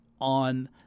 on